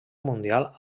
mundial